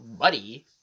buddy